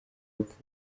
upfa